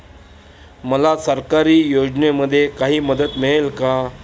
मला सरकारी योजनेमध्ये काही मदत मिळेल का?